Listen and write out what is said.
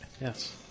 Yes